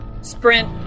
Sprint